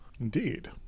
Indeed